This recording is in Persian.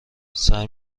سعی